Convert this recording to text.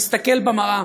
תסתכל במראה,